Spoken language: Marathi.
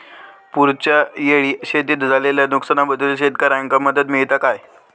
पुराच्यायेळी शेतीत झालेल्या नुकसनाबद्दल शेतकऱ्यांका मदत मिळता काय?